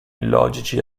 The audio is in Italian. illogici